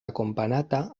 akompanata